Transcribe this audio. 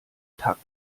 takt